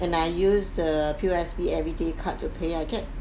and I use the P_O_S_B everyday card to pay I get